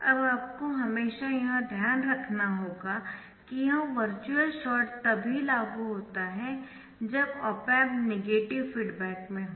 अब आपको हमेशा यह ध्यान रखना होगा कि यह वर्चुअल शॉर्ट तभी लागू होता है जब ऑप एम्प नेगेटिव फीडबैक में हो